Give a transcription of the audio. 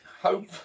Hope